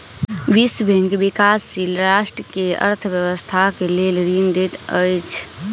विश्व बैंक विकाशील राष्ट्र के अर्थ व्यवस्थाक लेल ऋण दैत अछि